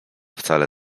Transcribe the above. wcale